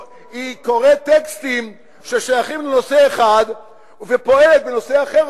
היא קוראת טקסטים ששייכים לנושא אחד ופועלת בנושא אחר,